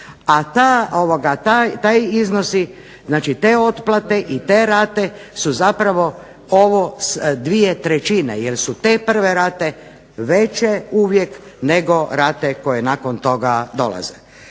a taj iznosi, znači te otplate i te rate su zapravo ovo 2/3, jer su te prve rate veće uvijek nego rate koje nakon toga dolaze.